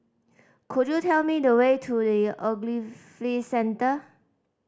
could you tell me the way to The Ogilvy Centre